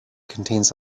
contains